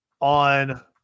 on